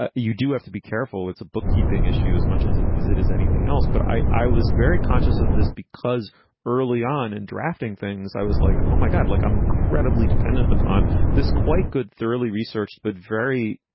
ah you do have to be careful. it's a bookkeeping issue as much as it is anything else. but i i was very conscious of this because early on in drafting things, i was like, oh, my god, like i'm incredibly dependent upon this, quite good, thoroughly researched, but very,